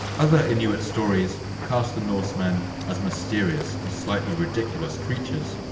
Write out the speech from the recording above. other inuit stories cast the norsemen as mysterious and slightly ridiculous creatures,